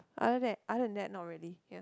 other than other than not really ya